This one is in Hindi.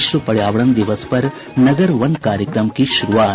विश्व पर्यावरण दिवस पर नगर वन कार्यक्रम की शुरूआत